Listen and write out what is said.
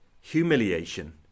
humiliation